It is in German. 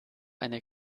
eine